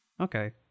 Okay